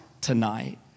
tonight